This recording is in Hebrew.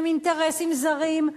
הם אינטרסים זרים,